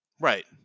Right